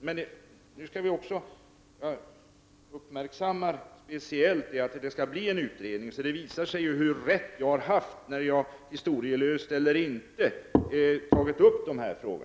Men jag uppmärksammar speciellt att en utredning skall tillsättas. Det visar sig alltså hur rätt jag har haft när jag, historielöst eller inte, tagit upp dessa frågor.